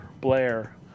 Blair